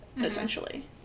Essentially